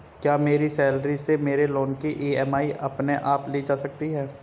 क्या मेरी सैलरी से मेरे लोंन की ई.एम.आई अपने आप ली जा सकती है?